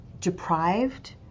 deprived